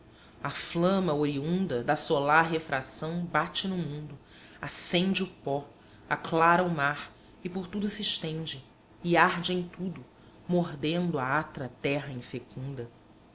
a flama oriunda da solar refração bate no mundo acende o pó aclara o mar e por tudo se estende e arde em tudo mordendo a atra terra infecunda